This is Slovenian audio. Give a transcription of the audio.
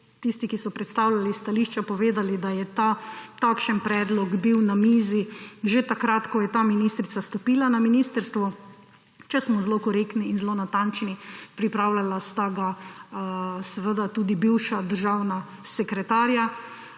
tisti, ki so predstavljali stališča, povedali, da je takšen predlog bil na mizi že takrat, ko je ta ministrica stopila na ministrstvo. Če smo zelo korektni in zelo natančni, pripravljala sta ga seveda tudi bivša državna sekretarja